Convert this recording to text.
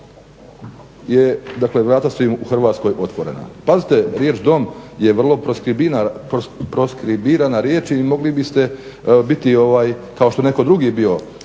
dakle vrata su im u Hrvatskoj otvorena. Pazite, riječ dom je vrlo proskribirana riječ i mogli biste biti kao što je netko drugi bio